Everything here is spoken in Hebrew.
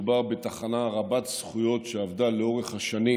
מדובר בתחנה רבת-זכויות שעבדה לאורך השנים